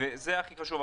זה הכי חשוב.